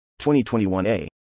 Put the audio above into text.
2021a